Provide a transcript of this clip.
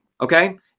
Okay